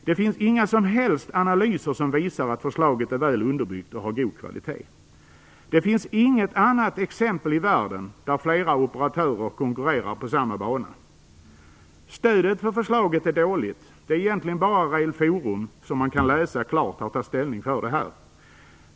Det finns inga som helst analyser som visar att förslaget är väl underbyggt och har god kvalitet. Det finns inget annat exempel i världen på att fler operatörer konkurrerar på samma bana. Stödet för förslaget är dåligt. Det är egentligen bara Rail Forum som klart har tagit ställning för.